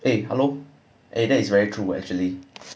eh hello eh that is very true actually